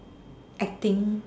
acting